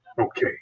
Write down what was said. Okay